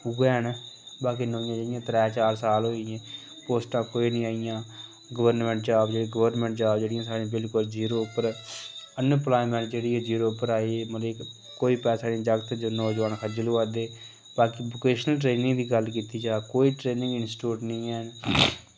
उ'यै न बाकी नमियां जेह्ड़ियां त्रै चार साल होई गे पोस्टां कोई नेईं आइयां गवर्नमेंट जाब जेह्ड़ी गवर्नमेंट जाब जेह्ड़ियां साढ़ी बिलकुल जीरो उप्पर अनइम्प्लायमेंट जेह्ड़ी ऐ जीरो उप्पर आई दी मतलब इक कोई पैसा नेईं जागत नौजोआन खज्जल होआ दे बाकी वोकेशनल ट्रेनिंग दी गल्ल कीती जा कोई ट्रेनिंग इंस्टिट्यूट नेईं हैन